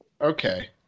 Okay